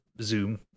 Zoom